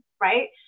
right